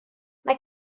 mae